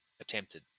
Attempted